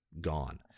gone